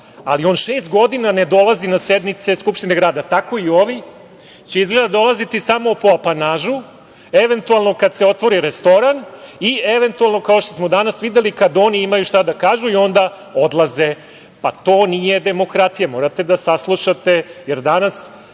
ali on šest godina ne dolazi na sednice Skupštine grada. Tako će i ovi, izgleda, dolaziti samo po apanažu, eventualno kad se otvori restoran i eventualno, kao što smo danas videli, kada oni imaju šta da kažu i onda odlaze. Pa, to nije demokratija. Morate da saslušate, jer u